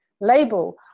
label